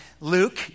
Luke